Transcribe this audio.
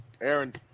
Aaron